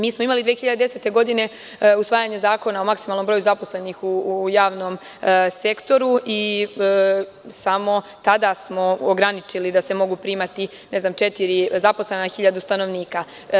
Mi smo imali 2010. godine usvajanje Zakona o maksimalnom broju zaposlenih u javnom sektoru i samo tada smo ograničili da se mogu primati, ne znam četiri zaposlena na 1.000 stanovnika.